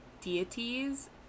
deities